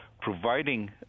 providing